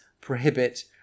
prohibit